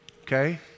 Okay